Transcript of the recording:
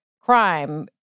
crime